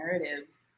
narratives